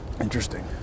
Interesting